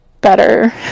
better